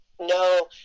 No